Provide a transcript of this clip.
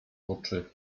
oczy